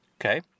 okay